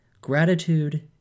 gratitude